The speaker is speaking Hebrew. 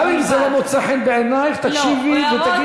גם אם זה לא מוצא חן בעינייך, תקשיבי ותגידי.